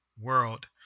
world